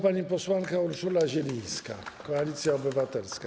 Pani posłanka Urszula Zielińska, Koalicja Obywatelska.